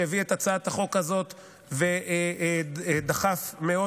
שהביא את הצעת החוק הזאת ודחף מאוד